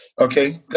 Okay